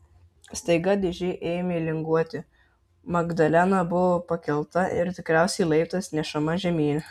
staiga dėžė ėmė linguoti magdalena buvo pakelta ir tikriausiai laiptais nešama žemyn